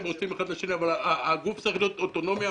הגוף צריך להיות אוטונומי.